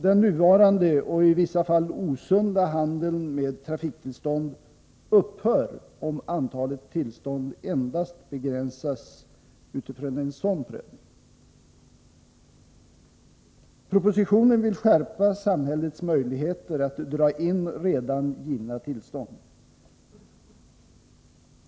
Den nuvarande — och i vissa fall osunda — handeln med trafiktillstånd upphör om antalet tillstånd endast begränsas utifrån en sådan prövning. Propositionen vill skärpa samhällets möjligheter att dra in redan givna tillstånd.